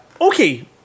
Okay